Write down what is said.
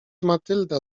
matylda